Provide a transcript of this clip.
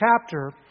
chapter